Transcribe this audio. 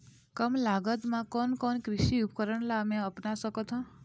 कम लागत मा कोन कोन कृषि उपकरण ला मैं अपना सकथो?